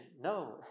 no